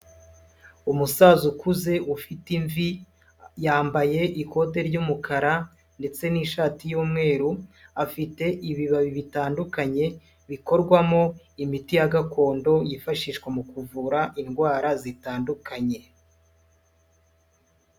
Umusaza ukuze ufite imvi, yambaye ikote ry'umukara ndetse n'ishati y'umweru, afite ibibabi bitandukanye, bikorwamo imiti ya gakondo, yifashishwa mu kuvura indwara zitandukanye.